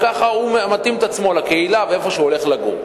כך הוא מתאים את עצמו לקהילה ולמקום שבו הוא הולך לגור.